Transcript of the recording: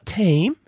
team